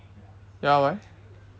ya why